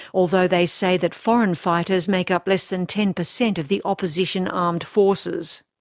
although they say that foreign fighters make up less than ten percent of the opposition armed forces.